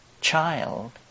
child